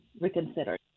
reconsidered